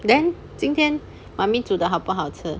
then 今天妈咪煮好不好吃